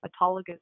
autologous